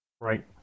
Right